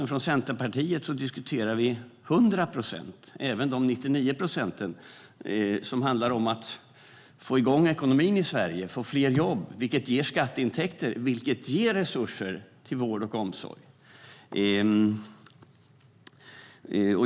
Från Centerpartiet diskuterar vi 100 procent, även de 99 procent som handlar om att få igång ekonomin i Sverige och få fler jobb, vilket ger skatteintäkter och resurser till vård och omsorg.